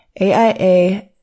AIA